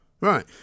Right